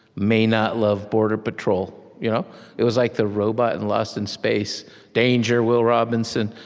may-not-love-border-patrol. you know it was like the robot in lost in space danger, will robinson.